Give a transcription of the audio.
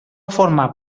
format